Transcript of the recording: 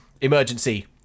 emergency